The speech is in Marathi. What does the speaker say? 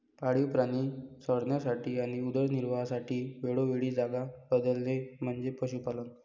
पाळीव प्राणी चरण्यासाठी आणि उदरनिर्वाहासाठी वेळोवेळी जागा बदलणे म्हणजे पशुपालन